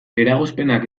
eragozpenak